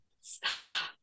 Stop